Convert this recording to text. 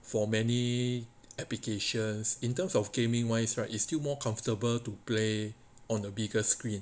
for many applications in terms of gaming wise right is still more comfortable to play on a bigger screen